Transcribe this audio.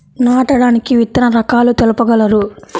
నాటడానికి విత్తన రకాలు తెలుపగలరు?